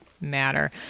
matter